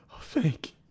thank